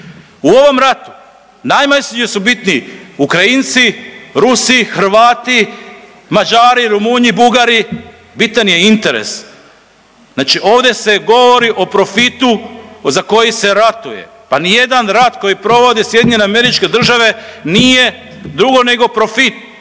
U ovom ratu najmanje su bitni Ukrajinci, Rusi, Hrvati, Mađari, Rumunji, Bugari bitan je interes. Znači ovdje se govori o profitu za koji se ratuje. Pa ni jedan rat koji provode SAD nije drugo nego profit.